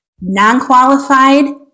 Non-qualified